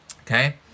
Okay